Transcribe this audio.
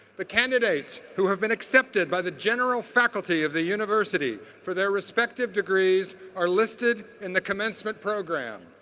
the candidates who have been accepted by the general faculty of the university for their respective degrees are listed in the commencement program.